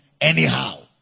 anyhow